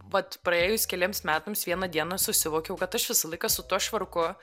vat praėjus keliems metams vieną dieną susivokiau kad aš visą laiką su tuo švarku